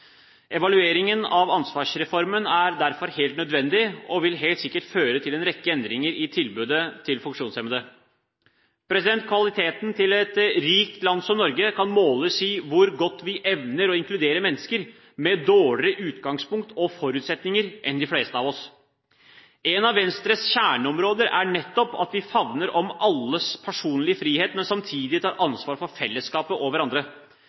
Evalueringen av ansvarsreformen er derfor helt nødvendig og vil helt sikkert føre til en rekke endringer i tilbudet til funksjonshemmede. Kvaliteten til et rikt land som Norge kan måles i hvor godt vi evner å inkludere mennesker med dårligere utgangspunkt og forutsetninger enn de fleste av oss. Et av Venstres kjerneområder er nettopp at vi favner om alles personlige frihet, men samtidig tar ansvar for fellesskapet og hverandre.